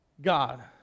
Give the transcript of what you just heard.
God